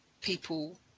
people